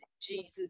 jesus